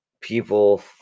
people